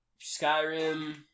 skyrim